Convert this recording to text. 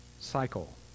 cycle